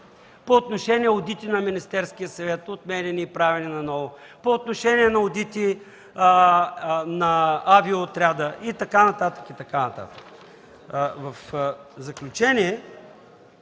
по отношение на одити на Министерския съвет, отменяни и правени отново; по отношение на одити на Авиоотряда и така нататък, и така нататък.